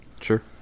Sure